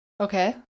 Okay